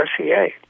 RCA